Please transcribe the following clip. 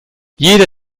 jeder